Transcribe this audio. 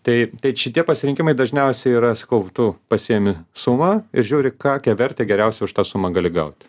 tai tai šitie pasirinkimai dažniausiai yra sakau tu pasiimi sumą ir žiūri kąkę vertę geriausiai už tą sumą gali gaut